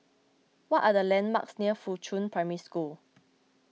what are the landmarks near Fuchun Primary School